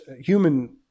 human